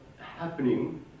happening